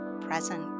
present